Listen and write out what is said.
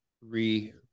re